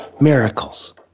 miracles